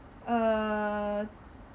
uh